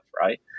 right